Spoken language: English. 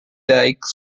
dike